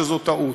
שזאת טעות.